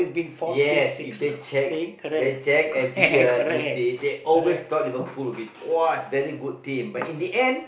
yes if they check they check every year you see they always thought Liverpool would be !wow! very good team but in the end